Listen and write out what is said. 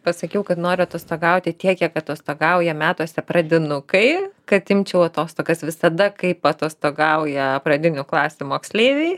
pasakiau kad noriu atostogauti tiek kiek atostogauja metuose pradinukai kad imčiau atostogas visada kaip atostogauja pradinių klasių moksleiviai